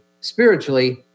spiritually